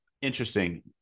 interesting